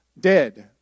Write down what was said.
dead